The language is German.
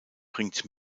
bringt